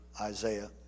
Isaiah